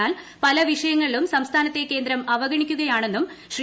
എന്നാൽ പല വിഷയങ്ങളിലും സംസ്ഥാനത്തെ കേന്ദ്രം അവഗണിക്കുകയാണെന്നും ശ്രീ